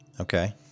Okay